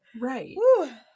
Right